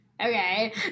okay